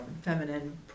feminine